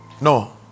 no